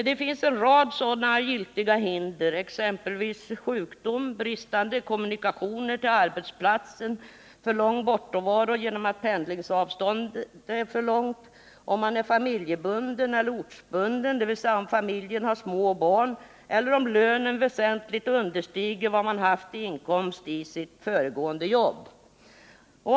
Det finns en rad sådana ”giltiga hinder”, t.ex. sjukdom, bristande kommunikationer till arbetsplatsen, för lång bortovaro genom att pendlingsavståndet är för långt, om man är familjebunden eller ortsbunden, dvs. om familjen har små barn, eller om lönen väsentligt understiger vad man haft i inkomst i sitt föregående jobb.